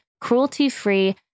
cruelty-free